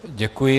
Děkuji.